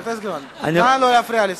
חבר הכנסת גילאון, נא לא להפריע לשר.